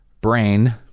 brain